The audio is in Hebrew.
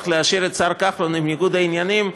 להשאיר את השר כחלון עם ניגוד העניינים,